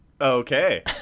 Okay